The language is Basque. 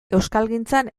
euskalgintzan